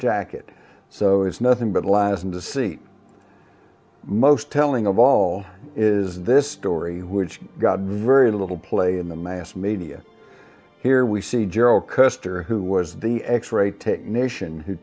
jacket so it's nothing but lies and deceit most telling of all is this story which got very little play in the mass media here we see general custer who was the x ray technician who